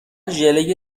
ژله